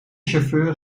chauffeur